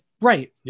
Right